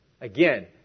Again